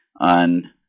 on